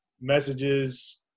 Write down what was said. messages